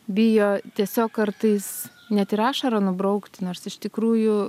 bijo tiesiog kartais net ir ašarą nubraukti nors iš tikrųjų